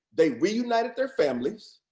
they reunited their families.